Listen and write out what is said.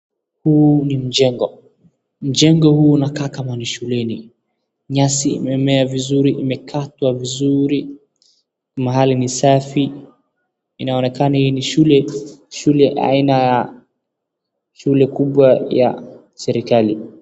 Huu ni mjengo. Mjengo huu unakaa kama ni shuleni. Nyasi imemea vizuri imekatwa vizuri mahali ni safi inaonekana hii ni shule, shule aina ya shule kubwa ya serikali.